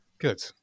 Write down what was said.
Good